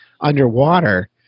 underwater